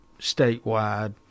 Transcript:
statewide